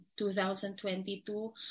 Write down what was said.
2022